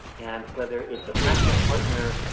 and whether it's a practice partner,